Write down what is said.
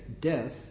death